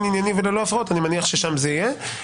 בענייניות וללא הפרעות, אני מניח ששם זה יהיה.